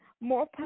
more